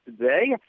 today